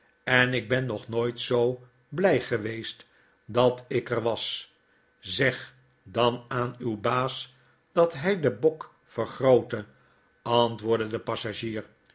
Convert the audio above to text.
en ik ben nog nooit zoo blij geweest dat ik er was zeg dan aan uw baas dat hy den bokvergroote antwoordde de passagier